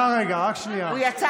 הוא נוכח,